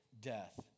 death